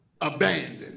abandoned